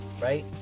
right